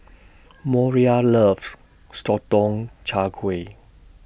Moriah loves Sotong Char Kway